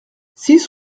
six